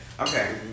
Okay